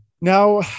Now